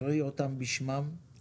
תקריא אותם בשמם.